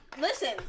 Listen